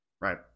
right